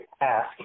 ask